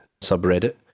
subreddit